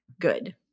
Good